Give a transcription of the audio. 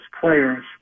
players